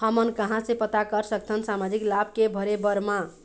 हमन कहां से पता कर सकथन सामाजिक लाभ के भरे बर मा?